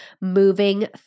moving